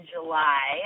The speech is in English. July